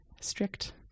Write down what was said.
strict